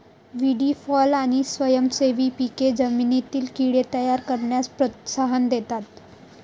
व्हीडी फॉलो आणि स्वयंसेवी पिके जमिनीतील कीड़े तयार करण्यास प्रोत्साहन देतात